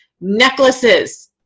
necklaces